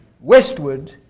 westward